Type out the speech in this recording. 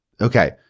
okay